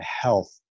health